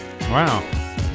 Wow